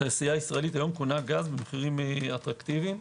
היא קונה גז במחירים אטרקטיביים.